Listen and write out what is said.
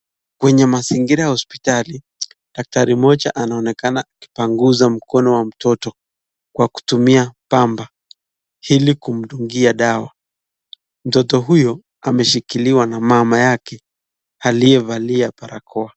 Kwenye mazingira hospitali. Daktari mmoja anaonekana kupanguza mkono wa mtoto kwa kutumia bamba ili kumdungia dawa. Mtoto huyo ameshikiliwa na mama yake aliyevalia barakoa.